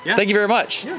yeah thank you very much.